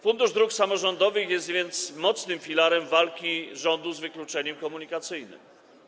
Fundusz Dróg Samorządowych jest więc mocnym filarem walki rządu z wykluczeniem komunikacyjnym.